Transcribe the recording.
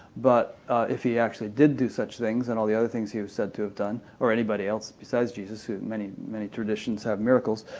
but if he actually did do such things and all the other things he was said to have done, or anybody else besides jesus, and many traditions have miracles,